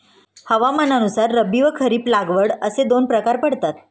हवामानानुसार रब्बी व खरीप लागवड असे दोन प्रकार पडतात